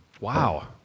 Wow